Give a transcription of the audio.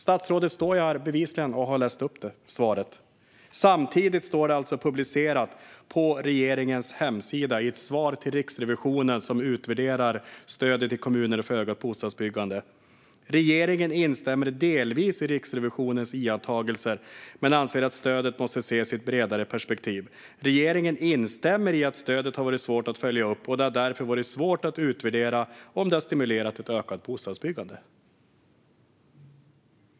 Statsrådet har ju bevisligen gett det svaret. Samtidigt står alltså följande publicerat på regeringens webbplats i ett svar till Riksrevisionen, som utvärderat stödet till kommunerna för ökat bostadsbyggande: "Regeringen instämmer delvis i Riksrevisionens iakttagelser men anser att stödet måste ses i ett bredare perspektiv. Regeringen instämmer i att stödet har varit svårt att följa upp och det har därför varit svårt att utvärdera om det har stimulerat ett ökat bostadsbyggande."